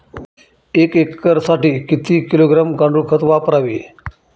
एक एकरसाठी किती किलोग्रॅम गांडूळ खत वापरावे?